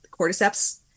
cordyceps